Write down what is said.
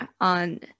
on